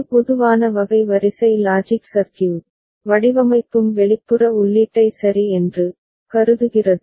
ஒரு பொதுவான வகை வரிசை லாஜிக் சர்க்யூட் வடிவமைப்பும் வெளிப்புற உள்ளீட்டை சரி என்று கருதுகிறது